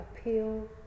appeal